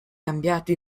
cambiato